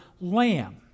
lamb